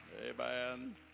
Amen